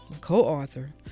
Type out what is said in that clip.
co-author